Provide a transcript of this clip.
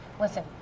Listen